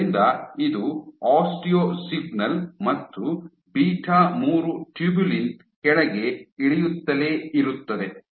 ಆದ್ದರಿಂದ ಇದು osteo signal ಮತ್ತು ಬೀಟಾ ಮೂರು ಟ್ಯೂಬುಲಿನ್ ಕೆಳಗೆ ಇಳಿಯುತ್ತಲೇ ಇರುತ್ತದೆ